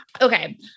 Okay